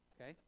Okay